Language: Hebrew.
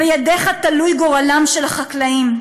בידך גורלם של החקלאים.